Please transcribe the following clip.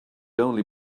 only